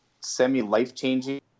semi-life-changing